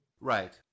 Right